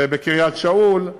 ובקריית-שאול.